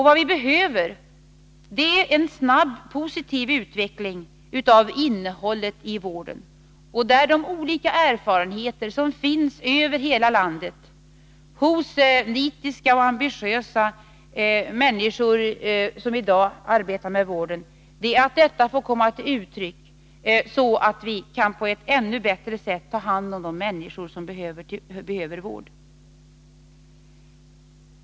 Vad vi behöver är en snabb positiv utveckling av innehållet i vården, där de olika erfarenheter som finns över hela landet, hos nitiska och ambitiösa människor som i dag arbetar med vården, får komma till uttryck så att vi på ett ännu bättre sätt kan ta hand om de människor som behöver vård.